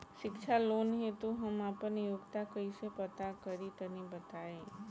शिक्षा लोन हेतु हम आपन योग्यता कइसे पता करि तनि बताई?